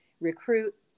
recruit